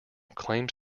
claims